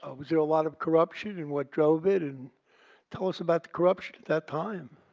ah was there a lot of corruption and what drove it? and tell us about the corruption at that time.